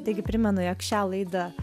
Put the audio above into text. taigi primenu jog šią laidą